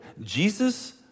Jesus